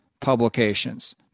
publications